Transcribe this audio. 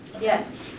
Yes